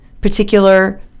particular